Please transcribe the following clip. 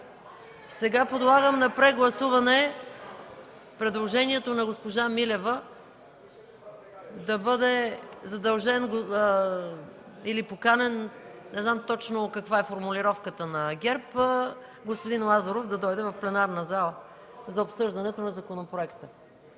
Подлагам на прегласуване предложението на госпожа Милева – да бъде задължен или поканен – не знам точно каква е формулировката на ГЕРБ, господин Лазаров да дойде в пленарната зала за обсъждането на законопроекта.